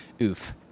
Oof